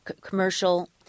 commercial